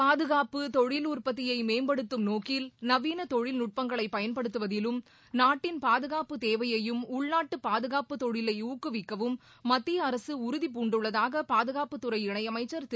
பாதுகாப்டு தொழில் உற்பத்தியை மேம்படுத்தும் நோக்கில் நவீள தொழில்நுட்பங்களை பயன்படுத்துவதிலும் நாட்டின் பாதுகாப்பு தேவையையும் உள்நாட்டு பாதுகாப்பு தொழிலை ஊக்குவிக்கவும் மத்திய அரசு உறுதி பூண்டுள்ளதாக பாதுகாப்புத்துறை இணையமைச்சா் திரு